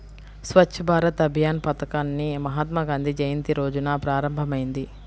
స్వచ్ఛ్ భారత్ అభియాన్ పథకాన్ని మహాత్మాగాంధీ జయంతి రోజున ప్రారంభమైంది